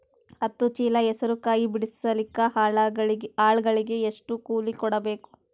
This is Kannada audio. ಹತ್ತು ಚೀಲ ಹೆಸರು ಕಾಯಿ ಬಿಡಸಲಿಕ ಆಳಗಳಿಗೆ ಎಷ್ಟು ಕೂಲಿ ಕೊಡಬೇಕು?